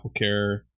AppleCare